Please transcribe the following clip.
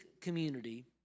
community